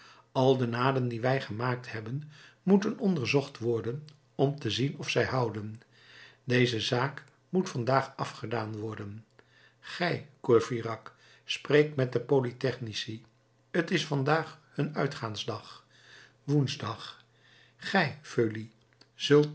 al de naden die wij gemaakt hebben moeten onderzocht worden om te zien of zij houden deze zaak moet vandaag afgedaan worden gij courfeyrac spreek met de polytechnici t is vandaag hun uitgaansdag woensdag gij feuilly zult